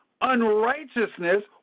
unrighteousness